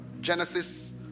Genesis